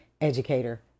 educator